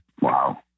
Wow